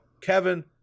Kevin